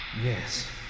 Yes